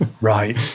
right